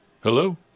Hello